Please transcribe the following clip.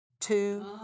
two